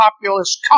populist